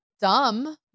dumb